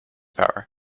power